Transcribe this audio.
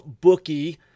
bookie